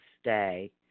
stay